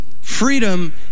Freedom